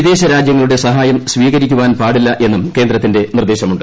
വിദേശ രാജ്യങ്ങളുടെ സഹായം സ്വീകരിക്കാൻ പാടില്ല എന്നും കേന്ദ്രത്തിന്റെ നിർദ്ദേശമുണ്ട്